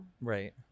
Right